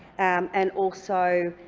and also